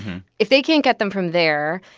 if they can't get them from there,